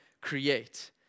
create